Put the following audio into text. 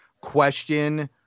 question